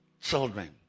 children